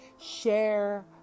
Share